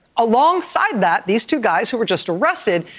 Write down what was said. alongside that, these two guys who were just arrested